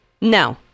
No